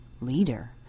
Leader